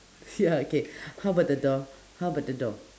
ya okay how about the door how about the door